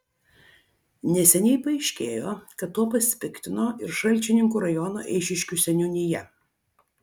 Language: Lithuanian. neseniai paaiškėjo kad tuo pasipiktino ir šalčininkų rajono eišiškių seniūnija